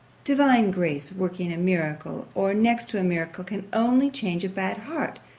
divine grace, working a miracle, or next to a miracle, can only change a bad heart.